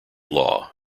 law